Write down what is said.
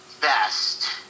best